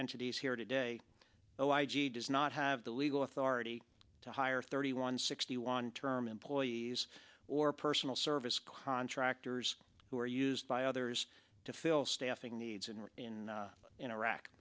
entities here today though i g does not have the legal authority to hire thirty one sixty one term employees or personal service contractors who are used by others to fill staffing needs and were in in iraq